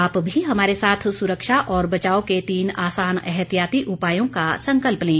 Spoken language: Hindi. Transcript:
आप भी हमारे साथ सुरक्षा और बचाव के तीन आसान एहतियाती उपायों का संकल्प लें